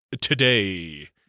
today